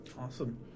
Awesome